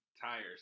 tires